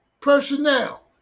personnel